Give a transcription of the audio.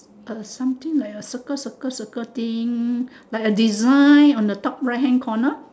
uh something like a circle circle circle thing like a design on the top right hand corner